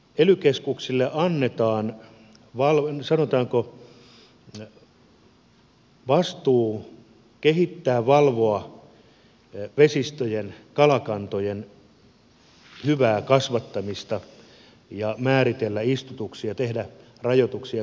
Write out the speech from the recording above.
ely keskuksille annetaan sanotaanko vastuu kehittää ja valvoa vesistöjen kalakantojen hyvää kasvattamista ja määritellä istutuksia tehdä rajoituksia kalastuksen suhteen